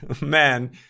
man